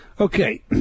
Okay